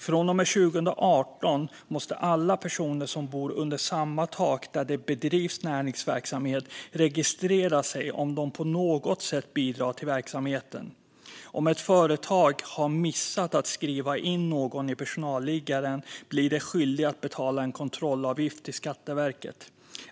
Från och med 2018 måste alla personer som bor under samma tak där det bedrivs näringsverksamhet registrera sig om de på något sätt bidrar till verksamheten. Om ett företag har missat att skriva in någon i personalliggaren blir det skyldigt att betala en kontrollavgift till Skatteverket.